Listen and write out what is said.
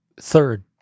Third